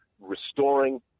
restoring